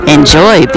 Enjoy